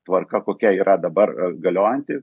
tvarka kokia yra dabar a galiojanti